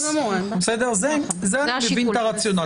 בזה אני מבין את הרציונל.